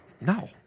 no